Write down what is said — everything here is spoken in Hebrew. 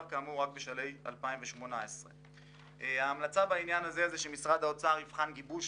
רק בשלהי 2018. מומלץ כי משרד האוצר יבחן גיבוש